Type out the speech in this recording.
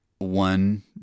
One